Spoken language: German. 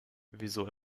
wieso